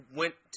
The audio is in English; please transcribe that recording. went